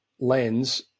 lens